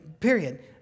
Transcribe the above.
period